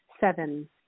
Seven